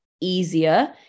easier